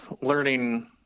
learning